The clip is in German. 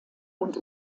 und